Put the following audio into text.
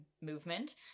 movement